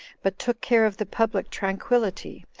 but took care of the public tranquillity,